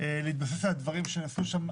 להתבסס על הדברים שנעשו שם,